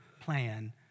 plan